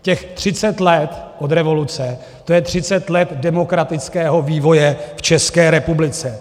Těch třicet let od revoluce, to je třicet let demokratického vývoje v České republice.